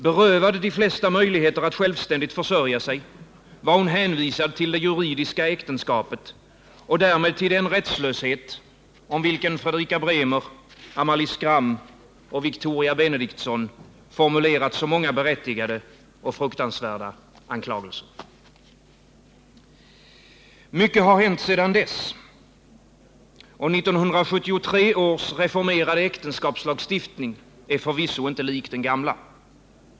Berövad de flesta möjligheter att självständigt försörja sig var hon hänvisad till det juridiska äktenskapet och därmed till den rättslöshet om vilken Fredrika Bremer, Amalie Skram och Victoria Benedictsson formulerat så många berättigade och fruktansvärda anklagelser. Mycket har hänt sedan dess, och 1973 års reformerade äktenskapslagstiftning är förvisso inte lik den gamla.